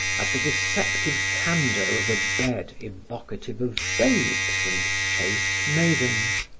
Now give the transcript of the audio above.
at the deceptive candor of a bed evocative of babes and chaste maidens.